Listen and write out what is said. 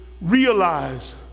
realize